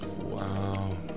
Wow